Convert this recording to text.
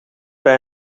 bij